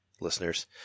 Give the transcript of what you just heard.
listeners